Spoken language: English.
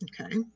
okay